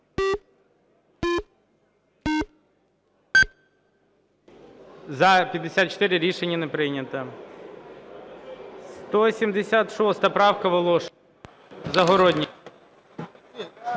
За-54 Рішення не прийнято. 176 правка. Волошин. Загородній.